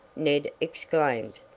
ned exclaimed.